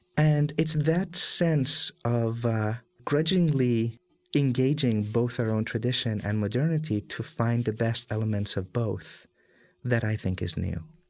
and it's that sense of grudgingly engaging both our own tradition and modernity to find the best elements of both that i think is new